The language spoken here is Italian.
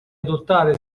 adottare